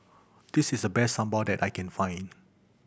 this is the best sambal that I can find